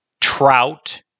trout